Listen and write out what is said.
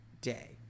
day